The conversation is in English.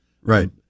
Right